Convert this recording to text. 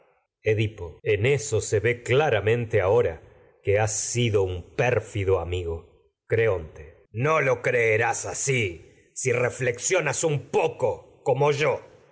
edipo en eso ahora que has sido un pérfido amigo creonte no lo creerás así si reflexionas un poco ilá tragedias de sofocléi como yo